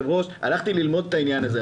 הלכתי ללמוד את העניין הזה.